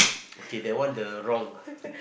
okay that one the wrong